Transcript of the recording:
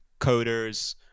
coders